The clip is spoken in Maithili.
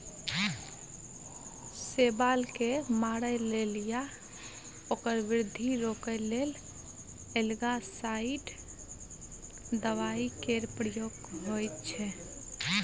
शैबाल केँ मारय लेल या ओकर बृद्धि रोकय लेल एल्गासाइड दबाइ केर प्रयोग होइ छै